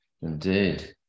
indeed